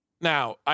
Now